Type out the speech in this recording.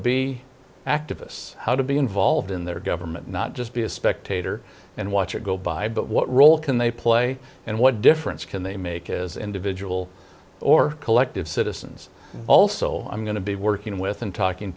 be activists how to be involved in their government not just be a spectator and watch it go by but what role can they play and what difference can they make as individual or collective citizens also i'm going to be working with and talking